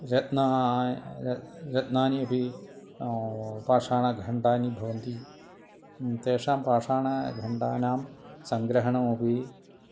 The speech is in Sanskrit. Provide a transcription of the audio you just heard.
रत्ना र रत्नानि अपि पाषाणखण्डाः भवन्ति तेषां पाषाणखण्डानां सङ्ग्रहणमपि